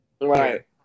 Right